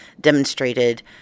demonstrated